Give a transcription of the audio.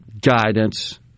guidance